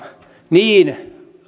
niin suomalaisia